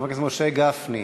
חבר הכנסת משה גפני,